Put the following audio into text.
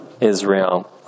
Israel